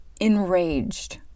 enraged